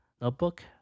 notebook